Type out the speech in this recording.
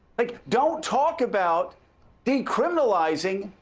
like don't talk about decriminalizing